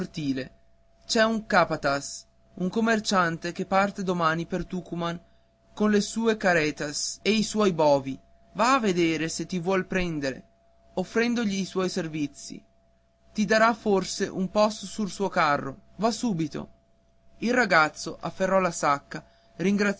c'è un capataz un commerciante che parte domattina per tucuman con le sue carretas e i suoi bovi va a vedere se ti vuol prendere offrendogli i tuoi servizi ti darà forse un posto sur un carro va subito il ragazzo afferrò la sacca